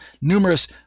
numerous